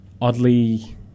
oddly –